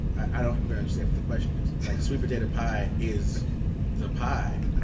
i don't even understand what the question is. like, sweet potato pie is the pie.